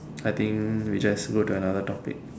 I think we just go into another topic